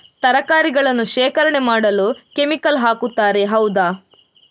ತರಕಾರಿಗಳನ್ನು ಶೇಖರಣೆ ಮಾಡಲು ಕೆಮಿಕಲ್ ಹಾಕುತಾರೆ ಹೌದ?